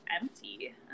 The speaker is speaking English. empty